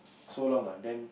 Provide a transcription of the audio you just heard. so long ah then